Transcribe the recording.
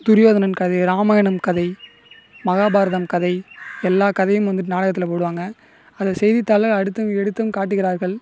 துரியோதனன் கதை ராமாயணம் கதை மஹாபாரதம் கதை எல்லா கதையும் வந்துட்டு நாடகத்தில் போடுவாங்க அதை செய்தித்தாளில் அடுத்தும் எடுத்தும் காட்டுகிறார்கள்